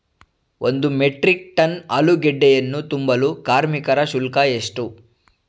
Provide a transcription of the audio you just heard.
ಒಂದು metric ton ಆಲೂಗೆಡ್ಡೆಯನ್ನು ತುಂಬಲು ಕಾರ್ಮಿಕರ ಶುಲ್ಕ ಎಷ್ಟು?